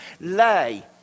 lay